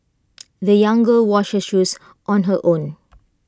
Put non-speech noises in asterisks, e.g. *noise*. *noise* the young girl washed her shoes on her own